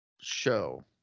Show